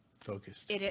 focused